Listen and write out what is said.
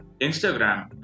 Instagram